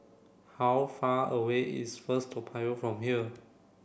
how far away is First Toa Payoh from here